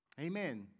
Amen